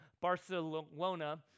Barcelona